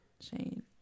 Shane